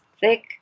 thick